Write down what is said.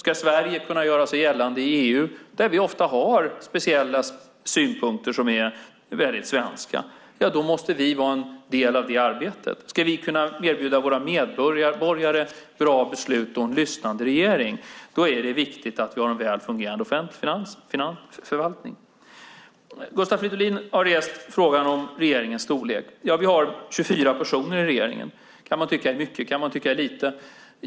Om Sverige ska kunna göra sig gällande i EU, där vi ofta har speciella synpunkter, sådana som är väldigt svenska, måste vi vara en del av det arbetet. Om vi ska kunna erbjuda våra medborgare bra beslut och en lyssnande regering är det viktigt att vi har en väl fungerande offentlig förvaltning. Gustav Fridolin har rest frågan om regeringens storlek. Vi har 24 personer i regeringen. Det kan man tycka är mycket. Det kan man tycka är lite.